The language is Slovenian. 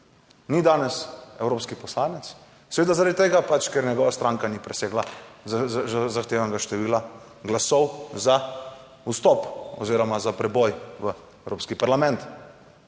ni danes evropski poslanec seveda zaradi tega pač, ker njegova stranka ni presegla zahtevanega števila glasov za vstop oziroma za preboj v evropski parlament.